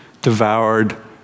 devoured